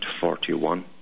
41